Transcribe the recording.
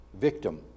Victim